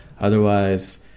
Otherwise